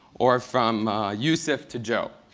or from josef to joe.